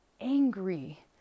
angry